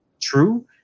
true